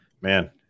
man